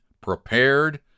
prepared